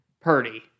Purdy